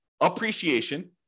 appreciation